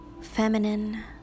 feminine